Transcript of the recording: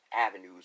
avenues